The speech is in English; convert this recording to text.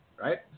right